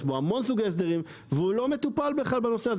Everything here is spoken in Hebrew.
יש בו המון סוגי הסדרים והוא לא מטופל בכלל בנושא הזה,